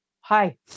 Hi